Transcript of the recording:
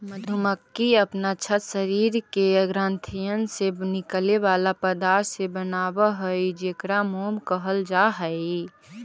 मधुमक्खी अपन छत्ता शरीर के ग्रंथियन से निकले बला पदार्थ से बनाब हई जेकरा मोम कहल जा हई